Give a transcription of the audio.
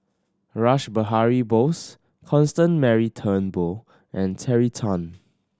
Rash Behari Bose Constance Mary Turnbull and Terry Tan